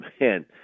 man